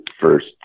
first